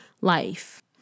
life